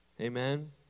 Amen